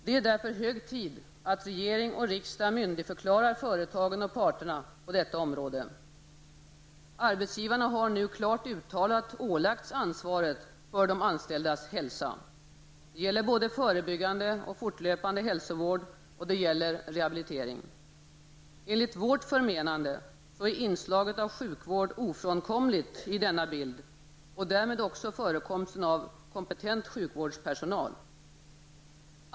Det är därför hög tid att regering och riksdag myndigförklarar företagen och parterna på detta område. Arbetsgivarna har nu klart uttalat ålagts ansvaret för de anställdas hälsa. Det gäller både förebyggande och fortlöpande hälsovård, och det gäller rehabilitering. Enligt vårt förmenande är inslaget av sjukvård ofrånkomligt i denna bild och därmed också förekomsten av kompetent sjukvårdspersonal.